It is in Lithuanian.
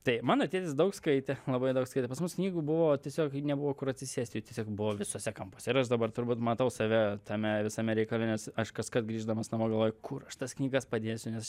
tai mano tėtis daug skaitė labai daug skaitė pas mus knygų buvo tiesiog nebuvo kur atsisėst jų tiesiog buvo visuose kampuose ir aš dabar turbūt matau save tame visame reikale nes aš kaskart grįždamas namo galvoju kur aš tas knygas padėsiu nes